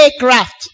aircraft